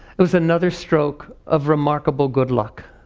it was another stroke of remarkable good luck.